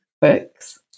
books